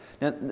Now